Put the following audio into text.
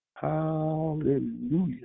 Hallelujah